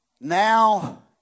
Now